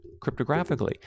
cryptographically